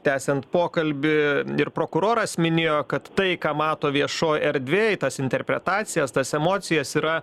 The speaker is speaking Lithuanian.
tęsiant pokalbį ir prokuroras minėjo kad tai ką mato viešoj erdvėj tas interpretacijas tas emocijas yra